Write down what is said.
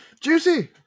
Juicy